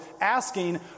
asking